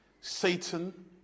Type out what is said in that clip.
Satan